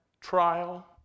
trial